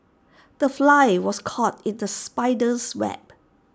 the fly was caught in the spider's web